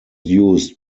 used